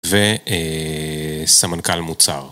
וסמנכ"ל מוצר